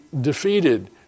defeated